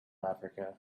africa